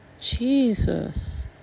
jesus